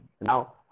Now